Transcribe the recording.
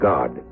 God